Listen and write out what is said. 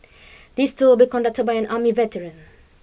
this tour will be conducted by an army veteran